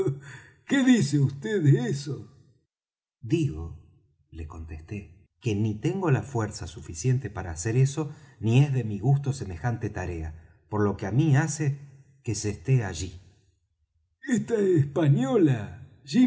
qué dice vd de eso digo le contesté que ni tengo la fuerza suficiente para hacer eso ni es de mi gusto semejante tarea por lo que á mí hace que se esté allí esta española